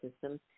system